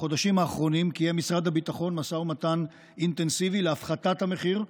בחודשים האחרונים קיים משרד הביטחון משא ומתן אינטנסיבי להפחתת המחיר,